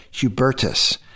Hubertus